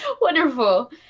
wonderful